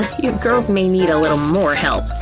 you girls may need a little more help.